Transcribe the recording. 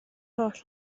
holl